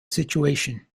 situation